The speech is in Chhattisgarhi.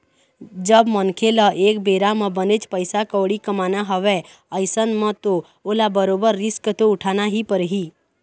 जब मनखे ल एक बेरा म बनेच पइसा कउड़ी कमाना हवय अइसन म तो ओला बरोबर रिस्क तो उठाना ही परही